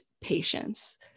patience